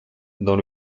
dans